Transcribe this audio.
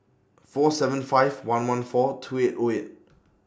four seven five one one four two eight O eight